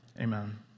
Amen